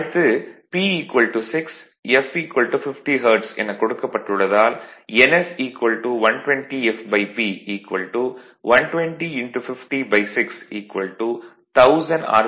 அடுத்து P 6 f 50 hertz எனக் கொடுக்கப்பட்டுள்ளதால் ns 120 fP 120 506 1000 ஆர்